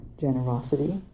generosity